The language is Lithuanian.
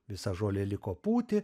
visa žolė liko pūti